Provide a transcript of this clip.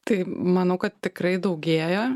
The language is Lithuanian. tai manau kad tikrai daugėja